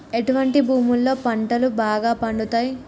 ఎటువంటి భూములలో పంటలు బాగా పండుతయ్?